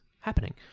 happening